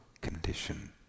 condition